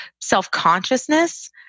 self-consciousness